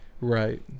Right